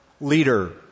leader